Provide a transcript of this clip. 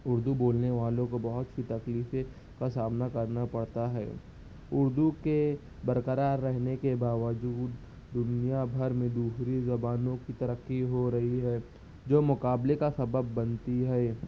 اردو بولنے والوں کو بہت ہی تکلیفیں کا سامنا کرنا پڑتا ہے اردو کے برقرار رہنے کے باوجود دنیا بھر میں دوسری زبانوں کی ترقی ہو رہی ہے جو مقابلے کا سبب بنتی ہے